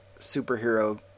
superhero